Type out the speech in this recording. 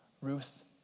Ruth